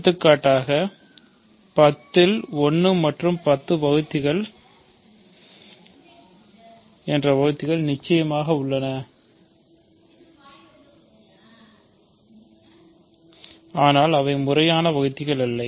எடுத்துக்காட்டாக எண் 10 இல் 1 மற்றும் 10 வகுத்திகள் நிச்சயமாக உள்ளன ஆனால் அவை முறையான வகுத்திகள் அல்ல